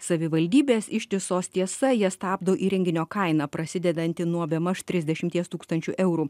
savivaldybės ištisos tiesa jas stabdo įrenginio kaina prasidedanti nuo bemaž trisdešimties tūkstančių eurų